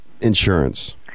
insurance